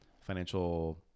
financial